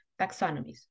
taxonomies